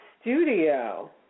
studio